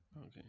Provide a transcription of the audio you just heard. Okay